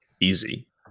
easy